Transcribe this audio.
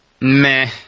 Meh